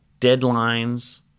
deadlines